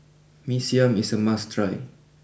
Mee Siam is a must try